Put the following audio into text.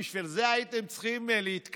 בשביל זה הייתם צריכים להתכנס?